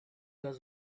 was